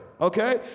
okay